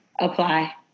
apply